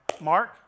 Mark